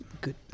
Good